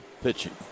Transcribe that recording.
pitching